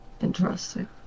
Interesting